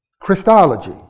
Christology